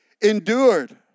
Endured